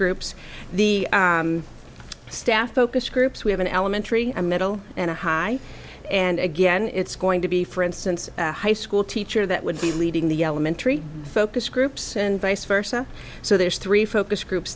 group the staff focus groups we have an elementary middle and a high and again it's going to be for instance a high school teacher that would be leading the elementary focus groups and vice versa so there's three focus groups